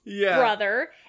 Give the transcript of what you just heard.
brother